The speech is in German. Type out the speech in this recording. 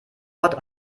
ort